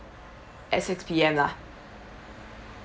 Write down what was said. at six P_M lah